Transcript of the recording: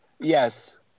Yes